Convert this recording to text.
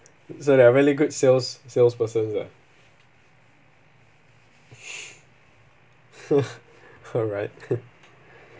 so there are really good sales salesperson like alright